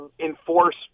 enforce